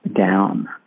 down